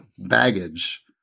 baggage